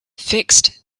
fixed